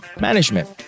management